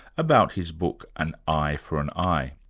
about his book an eye for an i.